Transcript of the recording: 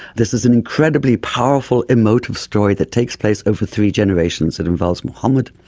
this is an incredibly powerful emotive story that takes place over three generations that involves muhammad,